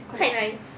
quite nice